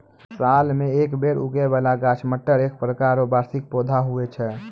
साल मे एक बेर उगै बाला गाछ मटर एक प्रकार रो वार्षिक पौधा हुवै छै